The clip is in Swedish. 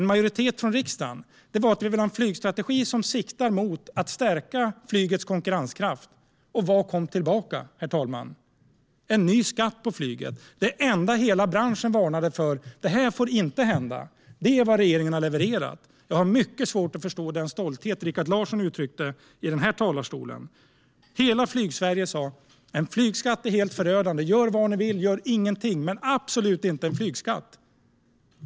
Majoriteten i riksdagen ville ha en flygstrategi som siktar mot att stärka flygets konkurrenskraft. Vad kom tillbaka, herr talman? En ny skatt på flyget. Det enda hela branschen varnade för, det som inte får hända, är vad regeringen har levererat. Jag har mycket svårt att förstå den stolthet Rikard Larsson uttryckte i talarstolen. Hela Flygsverige sa att en flygskatt är helt förödande, att regeringen kan göra vad man vill - ingenting - men absolut inte införa en flygskatt.